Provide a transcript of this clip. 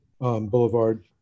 Boulevard